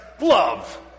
love